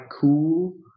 cool